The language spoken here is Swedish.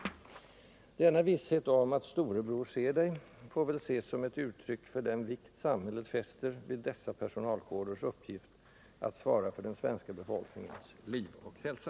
Denna visshet om att ”Storebror ser dig” får väl ses som ett uttryck för den vikt samhället fäster vid dessa personalkårers uppgift att svara för den svenska befolkningens liv och hälsa.